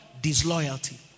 disloyalty